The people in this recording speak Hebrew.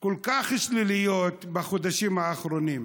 כל כך שליליות בחודשים האחרונים: